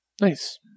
nice